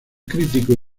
crítico